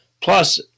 Plus